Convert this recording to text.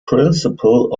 principle